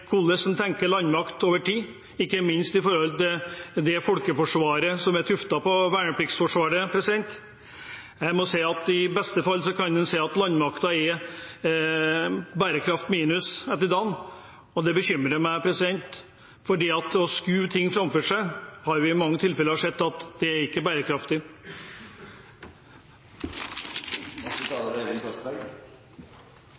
hvordan en tenker landmakt over tid, ikke minst når det gjelder det folkeforsvaret som er tuftet på vernepliktsforsvaret. I beste fall kan man si at landmakten er bærekraft minus etter denne dagen, og det bekymrer meg, for vi har i mange tilfeller sett at det å skyve ting foran seg ikke er bærekraftig. Jeg er glad for at det er